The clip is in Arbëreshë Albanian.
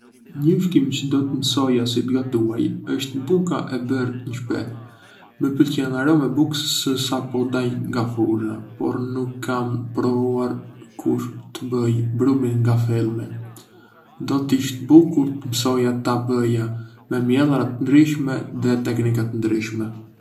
Një ushqim që do të mësoja si të gatuaj është buka e bërë në shtëpi. Më pëlqen aroma e bukës së sapo dalë nga furra, por nuk kam provuar kurrë të bëj brumin nga fillimi. Do të ishte bukur të mësoja ta bëja me miellra të ndryshme dhe teknika të ndryshme.